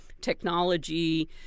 technology